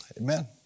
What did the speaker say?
Amen